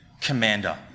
commander